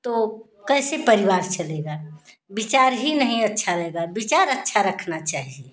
तो कैसे परिवार चलेगा विचार ही नहीं अच्छा रहेगा विचार अच्छा रखना चाहिए